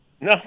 No